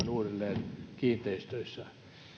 uudelleen kiinteistöissä